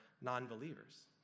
non-believers